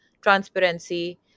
transparency